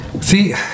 See